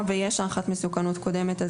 ויש הערכת מסוכנות קודמת,